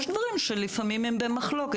יש דברים שלפעמים הם במחלוקת.